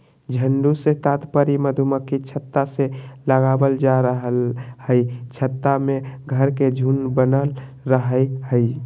झुंड से तात्पर्य मधुमक्खी छत्ता से लगावल जा रहल हई छत्ता में घर के झुंड बनल रहई हई